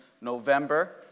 November